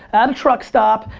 at a truck stop,